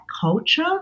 culture